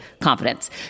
confidence